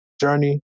journey